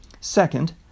second